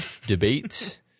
debate